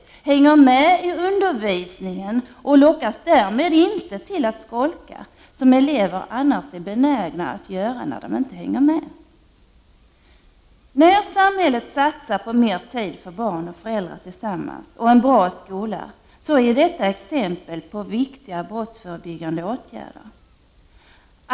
De hänger med i undervisningen och de lockas därmed inte till att skolka, vilket elever annars blir benägna att göra om de inte hänger med. När samhället satsar på att barn och föräldrar skall få mer tid tillsammans och på en bra skola är detta exempel på viktiga brottsförebyggande åtgärder.